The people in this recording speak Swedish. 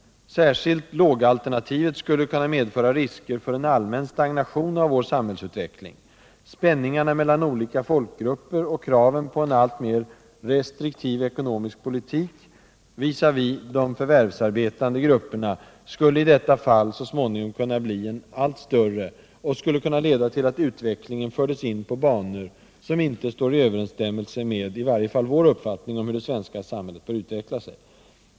Särskilt lågalternativet skulle kunna medföra risker för en allmän stagnation av vår samhällsutveckling. Spänningarna mellan olika folkgrupper och kraven på en alltmer restriktiv ekonomisk politik visavi de förvärvsarbetande grupperna skulle i detta fall så småningom kunna bli allt större och skulle kunna leda till att utvecklingen fördes in på banor som inte står i överensstämmelse med i varje fall vår uppfattning om hur det svenska samhället bör utveckla sig.